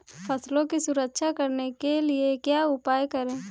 फसलों की सुरक्षा करने के लिए क्या उपाय करें?